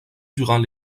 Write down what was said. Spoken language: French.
durant